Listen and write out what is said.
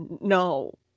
no